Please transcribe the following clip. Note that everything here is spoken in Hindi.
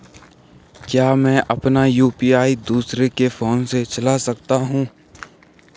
क्या मैं अपना यु.पी.आई दूसरे के फोन से चला सकता हूँ?